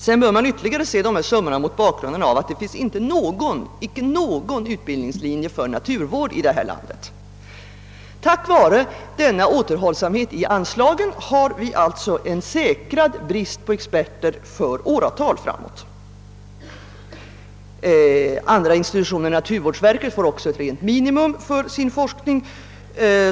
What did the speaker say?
Vidare bör man se dessa summor mot bakgrunden av att det inte finns någon utbildningslinje för naturvård här i landet. På grund av denna återhållsamhet i anslagen har vi alltså en säkrad brist på experter för åratal framåt. Andra institutioner än naturvårdsverket får också ett rent minimum för sin forskning.